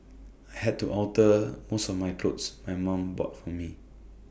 I had to alter most of my clothes my mum bought for me